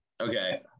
Okay